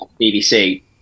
BBC